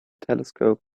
telescope